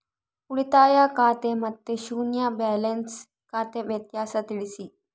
ಉಳಿತಾಯ ಖಾತೆ ಮತ್ತೆ ಶೂನ್ಯ ಬ್ಯಾಲೆನ್ಸ್ ಖಾತೆ ವ್ಯತ್ಯಾಸ ತಿಳಿಸಿ?